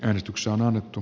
äänestyksen on annettu